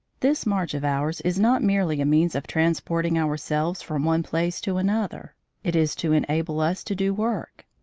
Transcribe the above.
this march of ours is not merely a means of transporting ourselves from one place to another it is to enable us to do work.